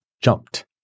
jumped